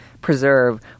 Preserve